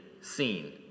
seen